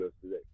today